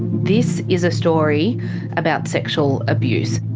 this is a story about sexual abuse.